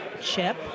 chip